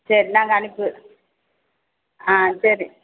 சரி நாங்கள் அனுப்பி ஆ சரி